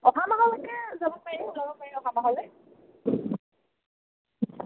অহা মাহলৈকে যাব পাৰিম ওলাব পাৰিম অহা মাহলৈ